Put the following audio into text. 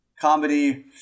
comedy